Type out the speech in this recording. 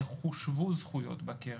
איך חושבו זכויות בקרן.